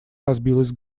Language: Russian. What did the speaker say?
разбилась